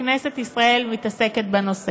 שכנסת ישראל מתעסקת בו.